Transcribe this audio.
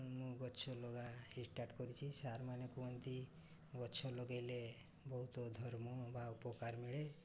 ମୁଁ ଗଛ ଲଗା ଷ୍ଟାର୍ଟ୍ କରିଛି ସାର୍ମାନେ କୁହନ୍ତି ଗଛ ଲଗାଇଲେ ବହୁତ ଧର୍ମ ବା ଉପକାର ମିଳେ